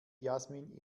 jasmin